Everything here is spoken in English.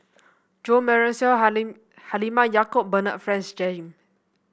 Jo Marion Seow Halimah Yacob Bernard Francis Jame